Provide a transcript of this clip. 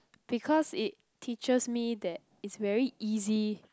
because it teaches me that it's very easy